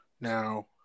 Now